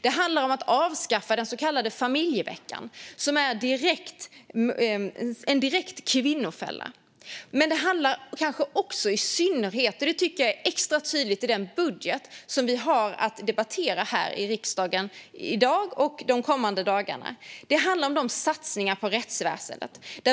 Det handlar om att avskaffa den så kallade familjeveckan, som är en direkt kvinnofälla. Men kanske handlar det i synnerhet - det tycker jag är extra tydligt i den budget vi har att debattera här i riksdagen i dag och de kommande dagarna - om satsningarna på rättsväsendet.